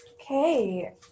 okay